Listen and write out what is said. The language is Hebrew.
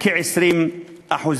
כ-20%.